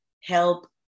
help